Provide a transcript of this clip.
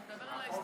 לנעול?